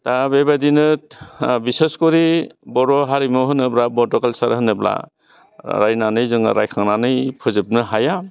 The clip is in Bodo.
दा बेबायदिनो बिसेसखरि बर' हारिमु होनोब्ला बड' कालसार होनोब्ला रायनानै जों रायखांनानै फोजोबनो हाया